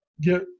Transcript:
get